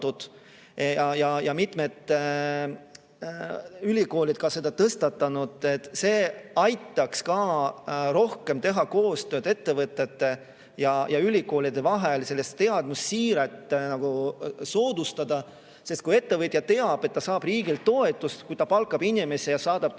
ja mitmed ülikoolid on ka selle teema tõstatanud. See aitaks ka rohkem teha koostööd ettevõtete ja ülikoolide vahel ning teadmussiiret soodustada. Sest kui ettevõtja teab, et ta saab riigilt toetust, kui ta palkab inimese ja saadab ta